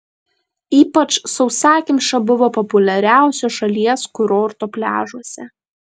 ypač sausakimša buvo populiariausio šalies kurorto pliažuose